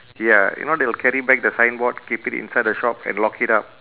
ya you know they will carry back the signboard keep it inside the shop and lock it up